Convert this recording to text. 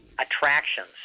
attractions